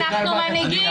אנחנו מנהיגים.